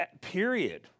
period